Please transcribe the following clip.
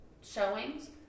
showings